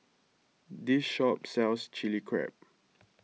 this shop sells Chilli Crab